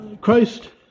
Christ